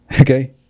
Okay